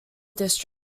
districts